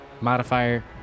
modifier